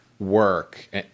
work